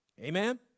Amen